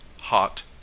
hot